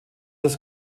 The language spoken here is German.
das